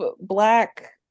black